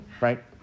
right